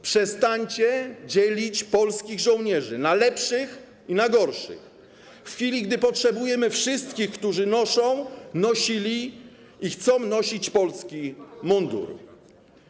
Przestańcie dzielić polskich żołnierzy na lepszych i gorszych w chwili, gdy potrzebujemy wszystkich, którzy noszą, nosili i chcą nosić polski mundur.